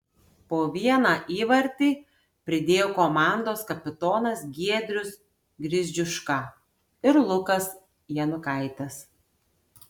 po vieną įvartį pridėjo komandos kapitonas giedrius gridziuška ir lukas janukaitis